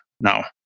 now